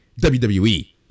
WWE